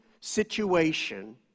situation